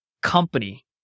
company